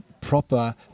proper